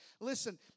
Listen